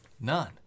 None